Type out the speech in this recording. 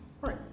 Right